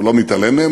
והוא לא מתעלם מהן,